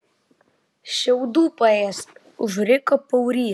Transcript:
šiaudų paėsk užriko paurys